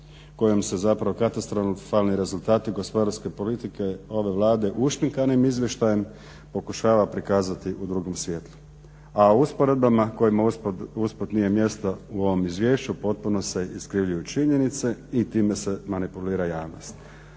kojom se zapravo katastrofalni rezultati gospodarske politike ove Vlade ušminkanim izvještajem pokušava prikazati u drugom svjetlu. A usporedbama kojima usput nije mjestu u ovom izvješću potpuno se iskrivljuju činjenice i time se manipulira javnost.